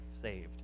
saved